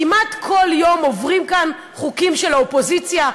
כמעט כל יום עוברים כאן חוקים של האופוזיציה,